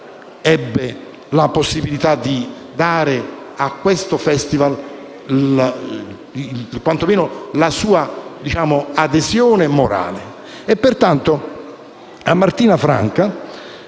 ebbe la possibilità di dare a questo Festival la sua adesione morale. Pertanto, a Martina Franca